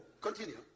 Continue